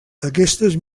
aquestes